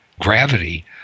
gravity